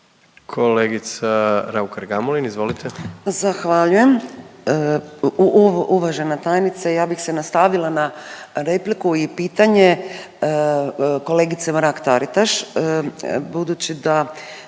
**Raukar-Gamulin, Urša (Možemo!)** Zahvaljujem. Uvažena tajnice ja bih se nastavila na repliku i pitanje kolegice Mrak Taritaš budući da